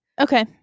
Okay